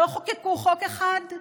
לא חוקקו חוק אחד.